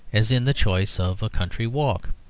as in the choice of a country walk.